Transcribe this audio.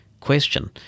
question